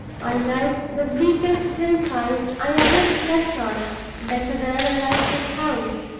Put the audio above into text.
i like the bleakest hillside i ever slept on better than i like this house!